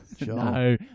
No